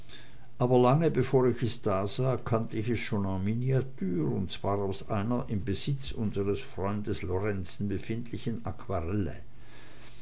aber lange bevor ich es da sah kannt ich es schon en miniature und zwar aus einer im besitz meines freundes lorenzen befindlichen aquarelle